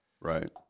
Right